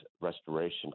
restoration